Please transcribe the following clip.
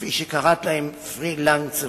כפי שקראת להם, פרילנסרים.